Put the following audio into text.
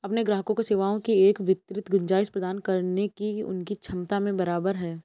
अपने ग्राहकों को सेवाओं की एक विस्तृत गुंजाइश प्रदान करने की उनकी क्षमता में बराबर है